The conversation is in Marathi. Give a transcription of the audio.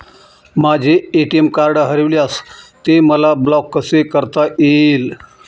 माझे ए.टी.एम कार्ड हरविल्यास ते मला ब्लॉक कसे करता येईल?